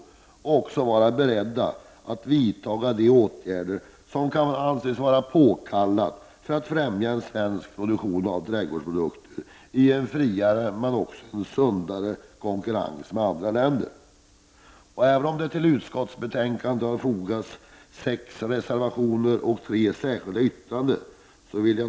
Vidare skall vi vara beredda att vidta de åtgärder som kan anses vara påkallade för att främja en svensk produktion av trädgårdsprodukter i en friare men också sundare konkurrens med andra länder. Visserligen är sex reservationer och tre särskilda yttranden fogade till utskottsbetänkandet.